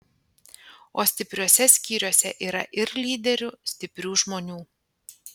o stipriuose skyriuose yra ir lyderių stiprių žmonių